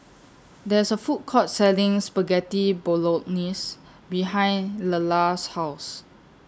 There IS A Food Court Selling Spaghetti Bolognese behind Lelar's House